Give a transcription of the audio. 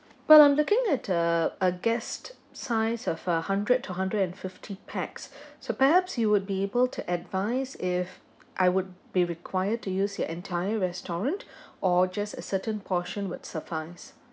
well I'm looking at a guest size of a hundred to hundred and fifty pax so perhaps you would be able to advise if I would be required to use your entire restaurant or just a certain portion would suffice